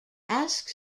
asks